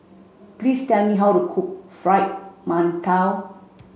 please tell me how to cook fried mantou